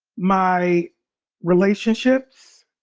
my relationships.